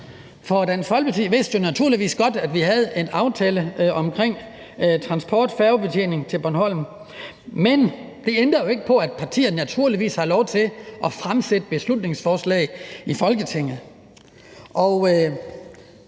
For Dansk Folkeparti vidste naturligvis godt, at vi havde en aftale omkring færgebetjeningen til Bornholm. Men det ændrer jo ikke på, at partierne naturligvis har lov til at fremsætte beslutningsforslag i Folketinget.